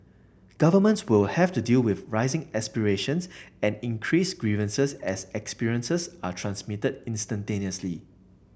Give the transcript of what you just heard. governments will have to deal with rising aspirations and increased grievances as experiences are transmitted instantaneously